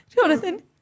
Jonathan